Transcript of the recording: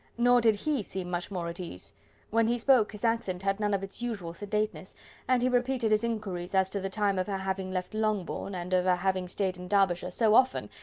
nor did he seem much more at ease when he spoke, his accent had none of its usual sedateness and he repeated his inquiries as to the time of her having left longbourn, and of her having stayed in derbyshire, so often,